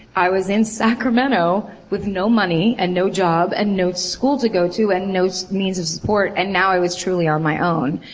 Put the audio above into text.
i was in sacramento with no money and no job and no school to go to and no means of support and now i was truly on my own.